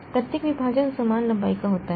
प्रत्येक विभाजन समान लंबाई का होता है